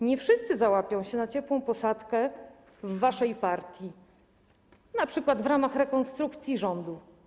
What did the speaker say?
Nie wszyscy załapią się na ciepłą posadkę w waszej partii, np. w ramach rekonstrukcji rządu.